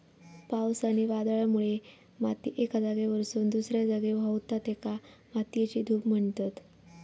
पावस आणि वादळामुळे माती एका जागेवरसून दुसऱ्या जागी व्हावता, तेका मातयेची धूप म्हणतत